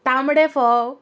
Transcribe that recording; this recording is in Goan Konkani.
तांबडे फोव